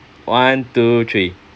one two three